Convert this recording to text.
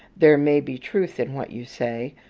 there may be truth in what you say,